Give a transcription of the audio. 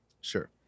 Sure